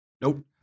Nope